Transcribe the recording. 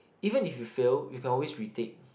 even if you fail you can always retake